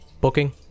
Booking